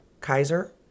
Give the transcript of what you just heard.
Kaiser